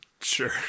Sure